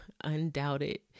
undoubted